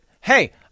hey